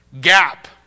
gap